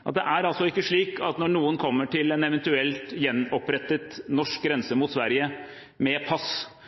at det er ikke slik når noen kommer til en eventuell gjenopprettet norsk grense mot Sverige med pass